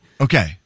Okay